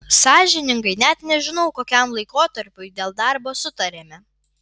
sąžiningai net nežinau kokiam laikotarpiui dėl darbo sutarėme